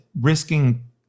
risking